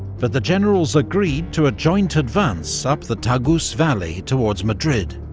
but the generals agreed to a joint advance up the tagus valley towards madrid,